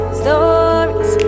stories